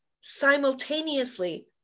simultaneously